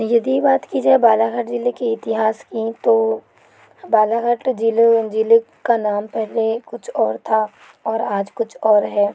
यदि बात की जाए बालाघाट ज़िले के इतिहास की तो बालाघाट जिले जिले का नाम पहले कुछ और था और आज कुछ और है